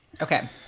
Okay